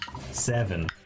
Seven